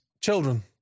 Children